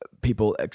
people